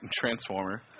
transformer